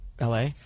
LA